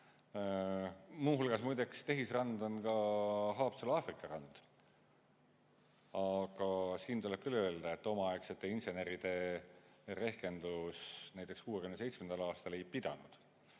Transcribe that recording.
Muu hulgas tehisrand on ka Haapsalu Aafrika rand, aga siin tuleb küll öelda, et omaaegsete inseneride rehkendus näiteks 1967. aastal ei pidanud